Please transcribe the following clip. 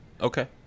Okay